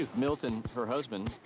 milton, her husband,